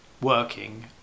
working